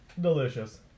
delicious